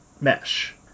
mesh